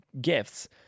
gifts